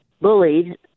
bullied